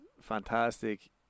fantastic